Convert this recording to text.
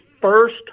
first